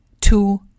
two